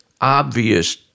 obvious